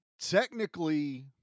Technically